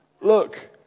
Look